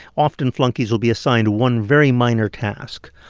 often, flunkies will be assigned one very minor task,